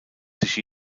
sich